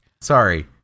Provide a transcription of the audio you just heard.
Sorry